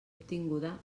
obtinguda